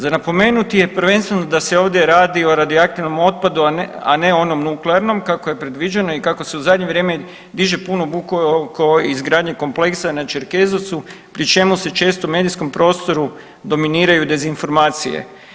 Za napomenuti je prvenstveno da se ovdje radi o radioaktivnom otpadu, a ne onom nuklearnom kako je predviđeno i kako se u zadnje vrijeme diže puno buke oko izgradnje kompleksa na Čerkezovcu pri čemu se često u medijskom prostoru dominiraju dezinformacije.